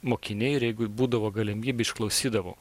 mokiniai ir jeigu būdavo galimybė išklausydavau